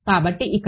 కాబట్టి ఇక్కడ